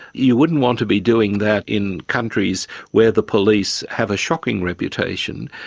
you wouldn't want to be doing that in countries where the police have a shocking reputation.